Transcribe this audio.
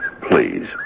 Please